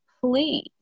please